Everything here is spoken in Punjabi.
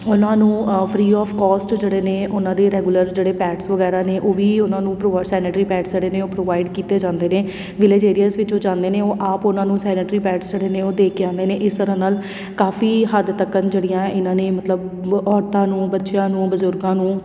ਉਹਨਾਂ ਨੂੰ ਫਰੀ ਔਫ ਕੋਸਟ ਜਿਹੜੇ ਨੇ ਉਹਨਾਂ ਦੇ ਰੈਗੂਲਰ ਜਿਹੜੇ ਪੈਡਸ ਵਗੈਰਾ ਨੇ ਉਹ ਵੀ ਉਹਨਾਂ ਨੂੰ ਪ੍ਰੋ ਸੈਨਟਰੀ ਪੈਡਸ ਜਿਹੜੇ ਨੇ ਉਹ ਪ੍ਰੋਵਾਈਡ ਕੀਤੇ ਜਾਂਦੇ ਨੇ ਵਿਲੇਜ ਏਰੀਅਸ ਵਿੱਚ ਉਹ ਜਾਂਦੇ ਨੇ ਉਹ ਆਪ ਉਹਨਾਂ ਨੂੰ ਸੈਨਟਰੀ ਪੈਡਸ ਜਿਹੜੇ ਨੇ ਉਹ ਦੇ ਕੇ ਆਉਂਦੇ ਨੇ ਇਸ ਤਰ੍ਹਾਂ ਨਾਲ ਕਾਫੀ ਹੱਦ ਤੱਕ ਜਿਹੜੀਆਂ ਇਹਨਾਂ ਨੇ ਮਤਲਬ ਔਰਤਾਂ ਨੂੰ ਬੱਚਿਆਂ ਨੂੰ ਬਜ਼ੁਰਗਾਂ ਨੂੰ